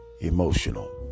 emotional